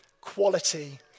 quality